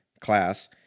class